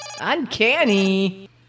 Uncanny